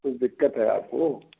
कुछ दिक़्क़त है आपको